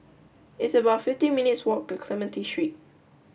it's about fifty minutes' walk to Clementi Street